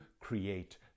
create